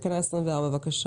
תקנה 24, בבקשה.